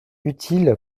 utile